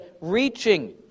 reaching